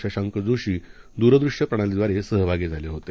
शशांक जोशी द्रदृष्यप्रणालीद्वारे सहभागी झाले होते